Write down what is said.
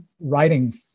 writing